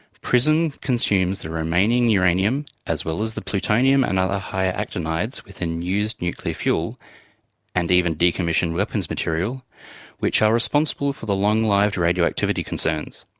prism consumes the remaining uranium, as well as the plutonium and other higher actinides within used nuclear fuel and even decommissioned weapons material which are responsible for the long-lived radioactivity concerns.